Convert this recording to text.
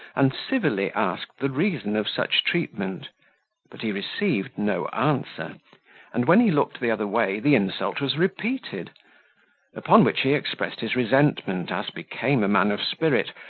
and civilly asked the reason of such treatment but he received no answer and when he looked the other way, the insult was repeated upon which he expressed his resentment as became a man of spirit,